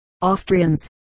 Austrians